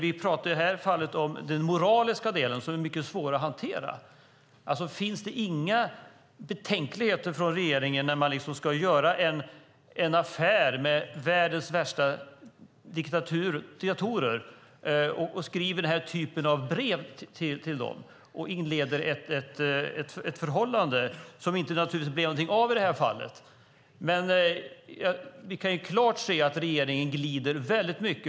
Vi talar i det här fallet om den moraliska delen som är mycket svår att hantera. Finns det inga betänkligheter från regeringen när man ska göra en affär med världens värsta diktatorer, skriver den här typen av brev till dem och inleder ett förhållande, som det inte blev någonting av i det här fallet? Vi kan klart se att regeringen glider väldigt mycket.